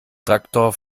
traktor